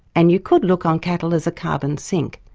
and you could look on cattle as a carbon sink.